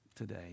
today